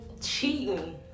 cheating